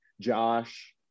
josh